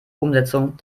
umsetzung